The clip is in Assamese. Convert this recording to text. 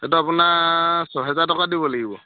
এইটো আপোনাৰ ছয়হেজাৰ টকা দিব লাগিব